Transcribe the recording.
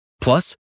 Plus